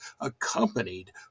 accompanied